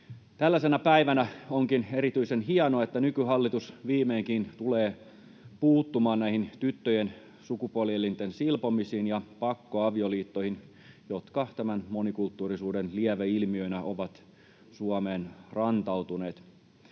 Tällaisena päivänä onkin erityisen hienoa, että nykyhallitus viimeinkin tulee puuttumaan näihin tyttöjen sukupuolielinten silpomisiin ja pakkoavioliittoihin, jotka tämän monikulttuurisuuden lieveilmiöinä ovat Suomeen rantautuneet.